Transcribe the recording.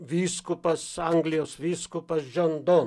vyskupas anglijos vyskupas džion don